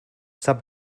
sub